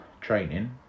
training